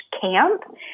camp